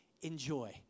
enjoy